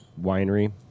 winery